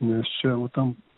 neš čia jau tam